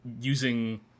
using